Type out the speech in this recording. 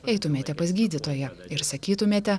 eitumėte pas gydytoją ir sakytumėte